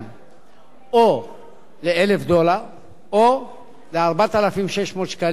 או ל-1,000 דולר או ל-4,600 שקלים, הגבוה מביניהם.